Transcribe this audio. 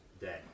day